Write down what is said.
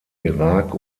irak